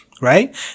Right